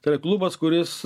tai yra klubas kuris